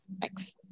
Thanks